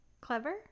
clever